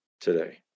today